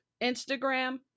Instagram